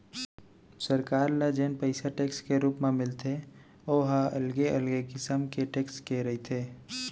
सरकार ल जेन पइसा टेक्स के रुप म मिलथे ओ ह अलगे अलगे किसम के टेक्स के रहिथे